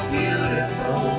beautiful